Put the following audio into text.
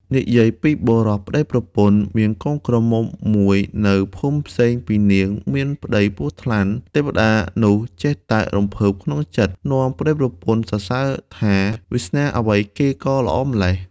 និយាយពីបុរសប្ដីប្រពន្ធ មានកូនក្រមុំមួយនៅ ភូមិផ្សេងពីនាងមានប្ដីពស់ថ្លាន់ ទេវតានោះចេះតែរំភើបក្នុងចិត្ដ នាំប្ដីប្រពន្ធសរសើរថា “វាសនាអ្វីគេក៏ល្អម្លេះ